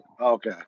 okay